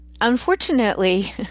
unfortunately